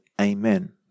Amen